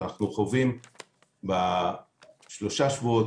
אנחנו חווים בשלושה שבועות,